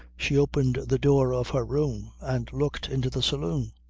she opened the door of her room and looked into the saloon.